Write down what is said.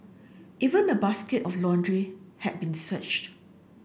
even a basket of laundry had been searched